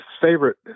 favorite